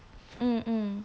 mm mm